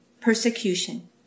persecution